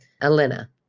Elena